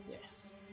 Yes